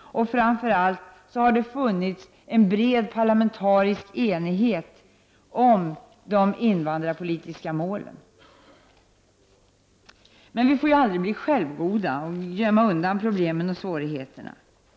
har framför allt funnits en bred parlamentarisk enighet om de invandrarpolitiska målen. Vi får aldrig bli självgoda och gömma undan problemen och svårigheterna.